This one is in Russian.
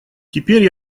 теперь